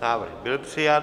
Návrh byl přijat.